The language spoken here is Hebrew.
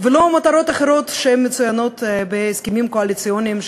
ולא מטרות אחרות שמצוינות בהסכמים הקואליציוניים,